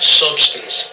substance